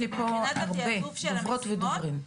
המשימות,